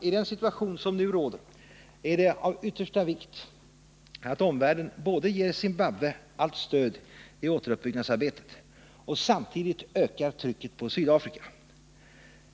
I den situation som nu råder är det av yttersta vikt att omvärlden ger Zimbabwe allt stöd i återuppbyggnadsarbetet och samtidigt ökar trycket på Sydafrika.